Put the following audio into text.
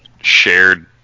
shared